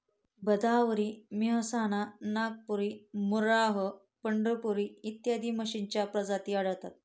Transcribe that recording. भदावरी, मेहसाणा, नागपुरी, मुर्राह, पंढरपुरी इत्यादी म्हशींच्या प्रजाती आढळतात